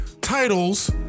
titles